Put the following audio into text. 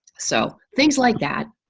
so things like that,